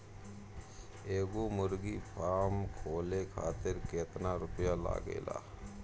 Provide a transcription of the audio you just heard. एगो मुर्गी फाम खोले खातिर केतना रुपया लागेला?